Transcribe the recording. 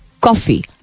Coffee